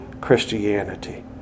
Christianity